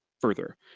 further